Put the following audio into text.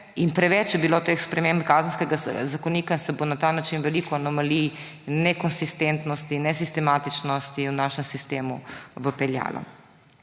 in preveč je bilo sprememb Kazenskega zakonika in se bo na ta način veliko anomalij, nekonsistentnosti, nesistematičnosti v naš sistem vpeljalo.